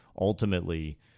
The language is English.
ultimately—